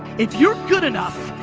if you're good enough,